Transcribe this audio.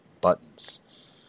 buttons